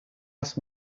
ask